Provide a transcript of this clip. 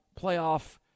playoff